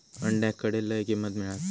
अंड्याक खडे लय किंमत मिळात?